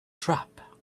trap